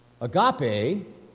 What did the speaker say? agape